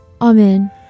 Amen